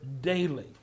daily